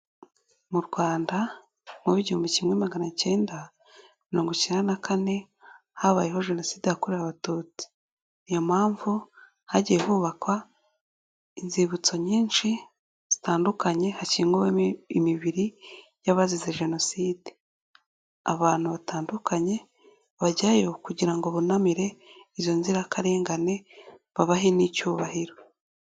Mu Rwanda mu w'igihumbi kimwe magana akenda mirongo ikenda na kane, habayeho jenoside yakorewe abatutsi, niyo mpamvu hagiye hubakwa inzibutso nyinshi zitandukanye hashyinguwemo imibiri y'abazize jenoside, abantu batandukanye bajyayo kugira ngo bunamire izo nzirakarengane babahe n'icyubahiro.